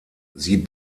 sie